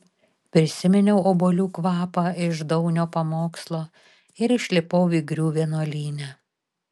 prisiminiau obuolių kvapą iš daunio pamokslo ir išlipau vygrių vienuolyne